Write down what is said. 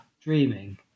dreaming